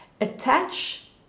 attach